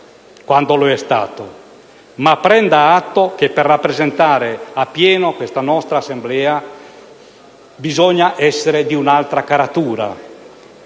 quando lo è stato). Prenda atto che, per rappresentare appieno questa nostra Assemblea, bisogna essere di un'altra caratura.